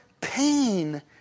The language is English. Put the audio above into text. pain